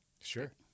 Sure